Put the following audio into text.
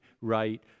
right